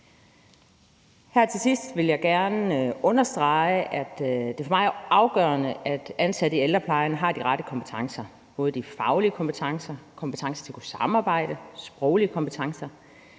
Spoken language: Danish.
Her til sidst vil jeg gerne understrege, at det for mig er afgørende, at ansatte i ældreplejen har de rette kompetencer, både de faglige kompetencer, kompetencer til at kunne samarbejde og sproglige kompetencer.